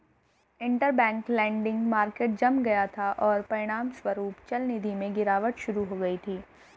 interbank lending market जम गया था, और परिणामस्वरूप चलनिधि में गिरावट शुरू हो गई थी